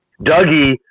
Dougie